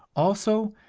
also,